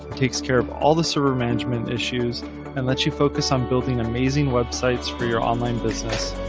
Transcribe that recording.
takes care of management issues and lets you focus on building amazing websites for your online business.